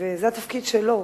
זה התפקיד שלו.